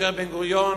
כאשר בן-גוריון